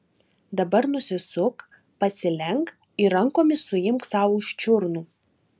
dabar nusisuk pasilenk ir rankomis suimk sau už čiurnų